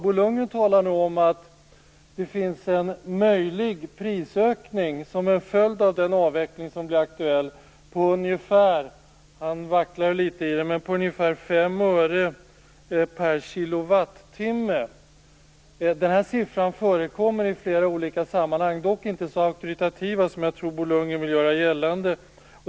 Bo Lundgren talar nu om en möjlig prisökning som en följd av den avveckling som blir aktuell på ungefär - han vacklar litet - 5 öre per kWh. Denna siffra förekommer i flera olika sammanhang, dock inte så auktoritativa som jag tror att Bo Lundgren vill göra gällande.